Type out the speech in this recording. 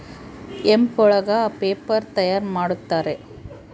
hemp ಒಳಗ paper ತಯಾರ್ ಮಾಡುತ್ತಾರೆ